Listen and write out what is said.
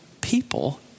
people